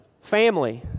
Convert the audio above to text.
Family